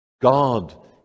God